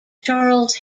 charles